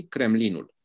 Kremlinul